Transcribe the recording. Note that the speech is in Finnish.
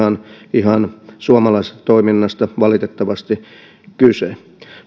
ihan suomalaistoiminnasta valitettavasti kyse